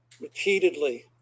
repeatedly